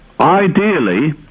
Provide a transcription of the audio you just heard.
ideally